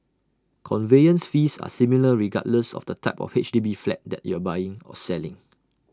conveyance fees are similar regardless of the type of H D B flat that you are buying or selling